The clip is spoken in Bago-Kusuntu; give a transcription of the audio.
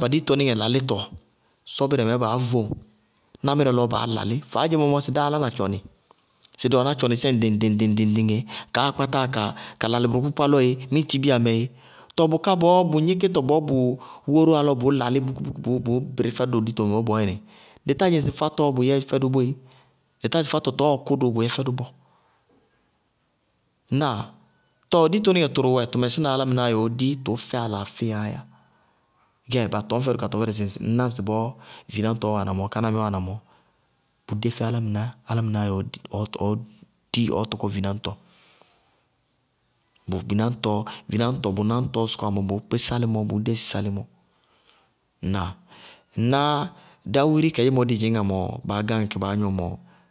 Ba ditonɩŋɛ lalítɔ sɔbírɛ mɛ baá vóŋ, námírɛ lɔɔ baá lalí. Faádzemɔ sɩ dáá lána tchɔnɩ, sɩ dɩ wɛná tchɔnɩsɛ ŋɖɩŋ-ŋɖɩŋ éé kaáa kpátáa ka lalɩ bʋrʋkpákpá lɔ éé miñti bíya mɛ éé. Tɔɔ bʋká bɔɔ bʋ gníkítɔ bɔɔ bʋʋ kórówá lɔ bʋʋ lalí pukupuku bʋʋ bɩrí ditomɛ mɔɔ bɔɔyɛnɩ, di tádzɩŋ sɩ fátɔɔ bʋyɛ fɛdʋ boéé, di tá dzɩŋ sɩ fátɔ tɔɔ kʋwá dʋʋ bʋyɛ fɛ dʋ bɔɔ. Ŋnáa? Tɔɔ ditonɩŋɛ tʋrʋ wɛ tʋ mɛsína álámɩnáá yɛ ɔɔ dí, tʋʋ fɛ alaafɩya yá. Gɛ ba tɔñ fɛdʋ ka tɔŋ fɛdʋ sɩsɩ ŋná ŋsɩbɔɔ vináñtɔɔ wáana mɔɔ, kánámíí wáana mɔɔ, bʋdé fɛ álámɩnáá yɛ ɔɔ dí, ɔɔ tɔkɔ vináñtɔ, vináñtɔ, bʋ náŋtɔɔ sɔkɔwá mɔɔ, bʋʋ kpí sálɩmɔ. bʋʋ dési sálɩmɔ. Ŋnáa dáwiri kadzémɔ dí dzɩñŋá mɔɔ lɔ baá gáŋ kɛ báá gnɔ mɔɔ.